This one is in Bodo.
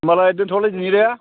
होनबालाय दोनथ'लायदिनि दे